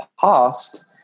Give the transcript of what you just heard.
past